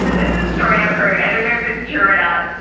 this is a story i've heard, i don't know if it's true or not.